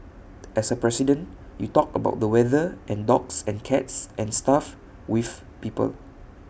as A president you talk about the weather and dogs and cats and stuff with people